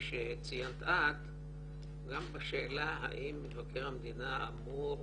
שציינת את גם בשאלה האם מבקר המדינה אמור